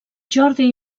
jordi